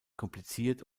kompliziert